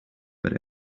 but